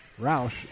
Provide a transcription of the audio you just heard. Roush